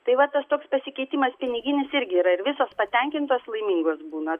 tai va tas toks pasikeitimas piniginis irgi yra ir visos patenkintos laimingos būna